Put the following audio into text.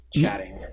chatting